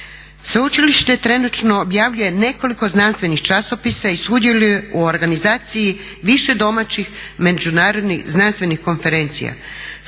Sveučilište trenutno objavljuje nekoliko znanstvenih časopisa i sudjeluje u organizaciji više domaćih međunarodnih znanstvenih konferencija.